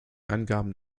angaben